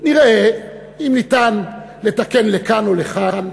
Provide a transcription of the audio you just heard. נראה אם ניתן לתקן לכאן ולכאן.